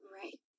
right